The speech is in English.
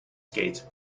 skates